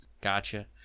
Gotcha